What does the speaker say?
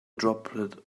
droplet